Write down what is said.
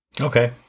Okay